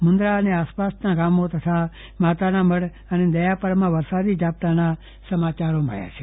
મુંદરા અને આસપાસના ગામોમાં તથા માતાનામઢ દયાપરમાં વરસાદી ઝાપટાના સમાચારો મળ્યા છે